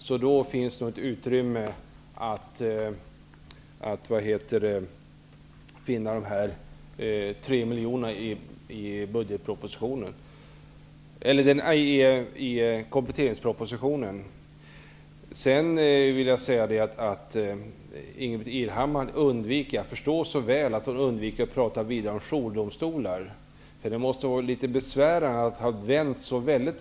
Så nog finns det utrymme för en kostnad på 3 miljoner kronor i kompletteringspropositionen. Sedan vill jag säga att jag förstår så väl att Ingbritt Irhammar undviker att prata vidare om jourdomstolar. Det måste vara litet besvärande att ha vänt så väldigt.